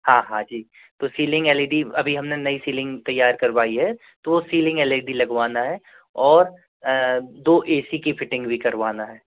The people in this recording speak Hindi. हाँ हाँ जी तो सीलिंग एल इ डी अभी हमने नई सीलिंग तैयार करवाई है तो वो सीलिंग एल इ डी लगवाना है और दो ए सी की फ़िटिंग भी करवाना है